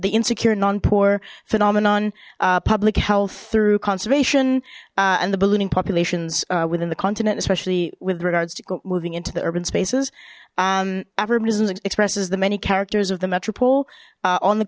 the insecure non poor phenomenon public health through conservation and the ballooning populations within the continent especially with regards to moving into the urban spaces a verb expresses the many characters of the metropole on the